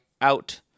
out